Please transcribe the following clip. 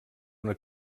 una